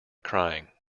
crying